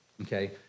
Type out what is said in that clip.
Okay